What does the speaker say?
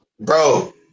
Bro